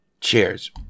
Cheers